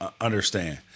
understand